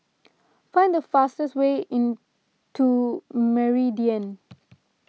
find the fastest way in to Meridian